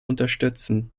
unterstützen